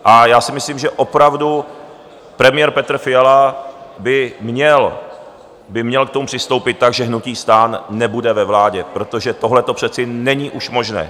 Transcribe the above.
A já si myslím, že opravdu premiér Petr Fiala by měl k tomu přistoupit tak, že hnutí STAN nebude ve vládě, protože tohleto přece není už možné.